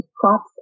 crops